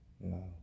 No